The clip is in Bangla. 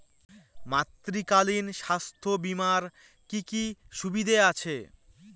মাতৃত্বকালীন স্বাস্থ্য বীমার কি কি সুবিধে আছে?